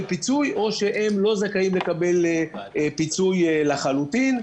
פיצוי או שהם לא זכאים לקבל פיצוי לחלוטין?